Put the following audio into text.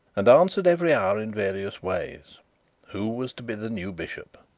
and answered every hour in various ways who was to be the new bishop?